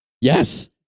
Yes